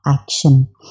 action